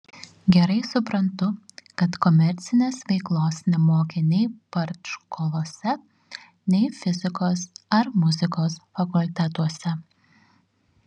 gerai suprantu kad komercinės veiklos nemokė nei partškolose nei fizikos ar muzikos fakultetuose